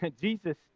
Jesus